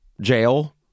jail